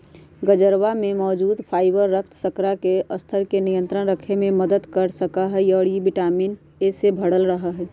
गजरवा में मौजूद फाइबर रक्त शर्करा के स्तर के नियंत्रण रखे में मदद कर सका हई और उ विटामिन ए से भरल रहा हई